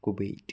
Kuwait